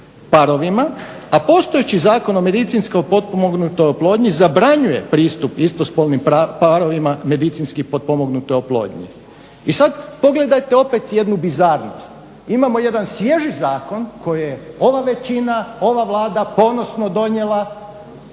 parovima, a postojeći Zakon o medicinski potpomognutoj oplodnji zabranjuje pristup istospolnim parovima medicinski potpomognutoj oplodnji. I sad pogledajte opet jednu bizarnost. Imamo jedan svježi zakon koji je ova većina, ova Vlada ponosno donijela